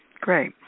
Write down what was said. great